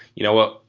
you know what?